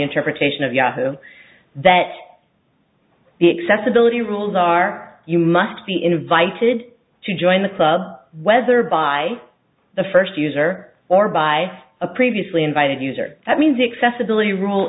interpretation of yahoo that the accessibility rules are you must be invited to join the club whether by the first user or by a previously invited user that means excess ability r